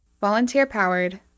Volunteer-powered